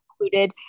included